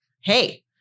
hey